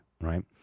right